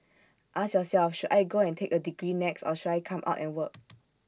ask yourself should I go and take A degree next or should I come out and work